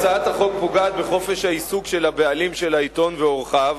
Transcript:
הצעת החוק פוגעת בחופש העיסוק של הבעלים של העיתון ועורכיו,